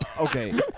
Okay